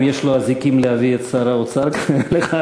יש לו אזיקים להביא את שר האוצר לכאן.